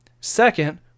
Second